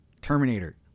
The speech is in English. Terminator